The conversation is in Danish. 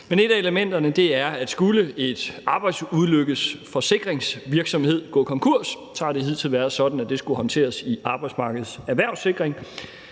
dem. Et af elementerne handler om følgende: Skulle en arbejdsulykkesforsikringsvirksomhed gå konkurs, har det hidtil været sådan, at det skulle håndteres i Arbejdsmarkedets Erhvervssikring.